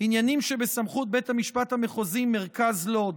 עניינים שבסמכות בית המשפט המחוזי מרכז לוד,